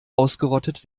ausgerottet